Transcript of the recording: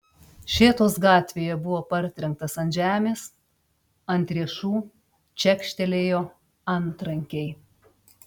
šėtos gatvėje buvo partrenktas ant žemės ant riešų čekštelėjo antrankiai